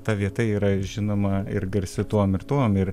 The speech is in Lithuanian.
ta vieta yra žinoma ir garsi tuom ir tuom ir